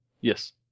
Yes